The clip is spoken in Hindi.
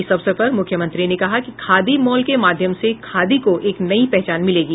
इस अवसर पर मुख्यमंत्री ने कहा कि खादी मॉल के माध्यम से खादी को एक नयी पहचान मिलेगी